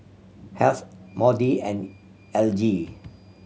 Heath Maude and Elgie